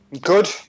Good